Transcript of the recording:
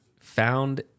found